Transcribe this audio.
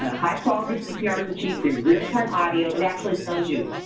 ah high quality cpr is achieved through real-time audio. it actually tells you,